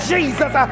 Jesus